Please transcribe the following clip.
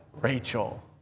Rachel